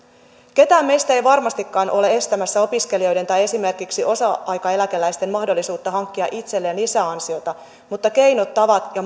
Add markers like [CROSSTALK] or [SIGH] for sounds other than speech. kukaan meistä ei varmastikaan ole estämässä opiskelijoiden tai esimerkiksi osa aikaeläkeläisten mahdollisuutta hankkia itselleen lisäansiota mutta keinojen tapojen ja [UNINTELLIGIBLE]